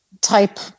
type